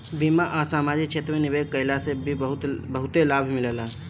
बीमा आ समाजिक क्षेत्र में निवेश कईला से भी बहुते लाभ मिलता